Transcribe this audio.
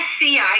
SCI